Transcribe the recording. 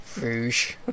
rouge